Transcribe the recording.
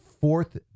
fourth